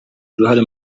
uruhare